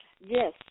yes